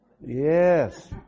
Yes